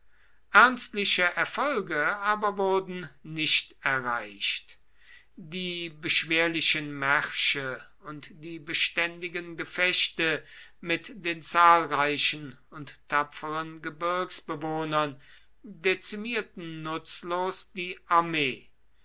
ernstliche erfolge aber wurden nicht erreicht die beschwerlichen märsche und die beständigen gefechte mit den zahlreichen und tapferen gebirgsbewohnern dezimierten nutzlos die armee